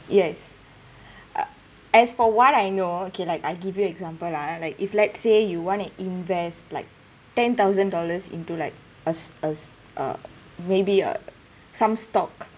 yes uh as for what I know okay like I give you example lah like if let's say you want to invest like ten thousand dollars into like us us uh maybe a some stock